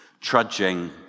trudging